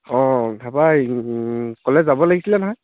অ' ধাবা কলেজ যাব লাগিছিলে নহয়